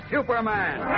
Superman